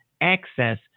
access